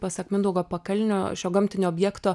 pasak mindaugo pakalnio šio gamtinio objekto